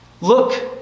Look